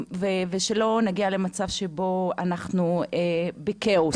ושלא נגיע למצב שבו אנחנו בכאוס.